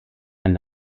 ein